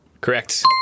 Correct